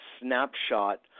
snapshot